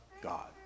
God